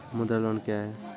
मुद्रा लोन क्या हैं?